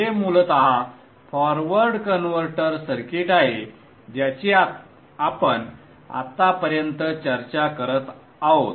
हे मूलत forward converter circuit आहे ज्याची आपण आत्तापर्यंत चर्चा करत आहोत